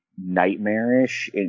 nightmarish